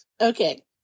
Okay